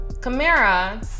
Camara